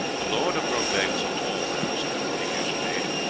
the lord of roubaix was a tall man of some forty years of age.